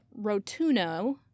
Rotuno